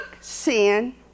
sin